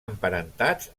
emparentats